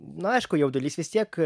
na aišku jaudulys vis tiek